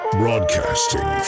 broadcasting